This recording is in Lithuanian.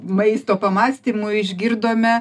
maisto pamąstymui išgirdome